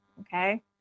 Okay